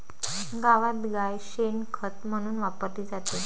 गावात गाय शेण खत म्हणून वापरली जाते